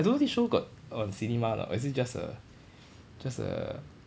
but I I don't know this show got on cinema lah or is it just a just a